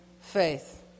faith